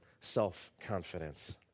self-confidence